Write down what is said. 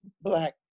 black